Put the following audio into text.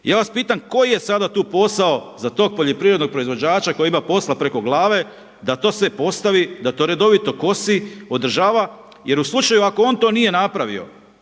ja vas pitam koji je sada tu posao za tog poljoprivrednog proizvođača koji ima posla preko glave da to sve postavi, da to redovito kosi, održava. Jer u slučaju ako on to nije napravio